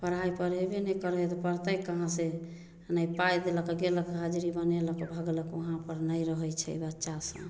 पढाइ पढेबे नहि करै है तऽ पढतै कहाँ से नहि पाइ देलक गेलक हाजरी बनेलक भगलक वहाँ पर नहि रहै छै बच्चा सब